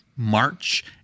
March